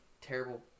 Terrible